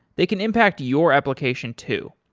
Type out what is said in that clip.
they can impact your application too.